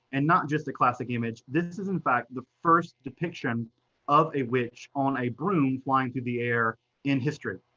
and not just the classic image. this is in fact, the first depiction of a witch on a broom flying through the air in history.